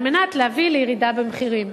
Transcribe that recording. על מנת להביא לירידה במחירם".